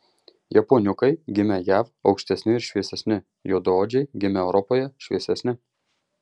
japoniukai gimę jav aukštesni ir šviesesni juodaodžiai gimę europoje šviesesni